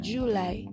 July